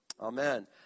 Amen